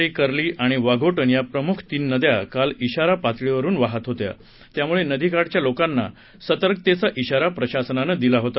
लागल आहे कर्ली आणि वाघोटन या प्रमुख तीन नद्या काल इशारा पातळीवरून वाहत होत्या त्यामुळे नदीकाठच्या लोकांना सतर्कतेचा इशारा प्रशासनाने दिला होता